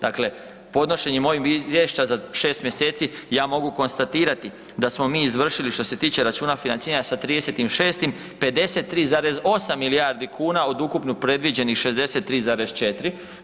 Dakle, podnošenjem ovog izvješća za 6. mjeseci ja mogu konstatirati da smo mi izvršili što se tiče računa financiranja sa 30.6., 53,8 milijardi kuna od ukupno predviđenih 63,4.